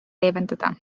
leevendada